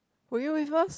were you with us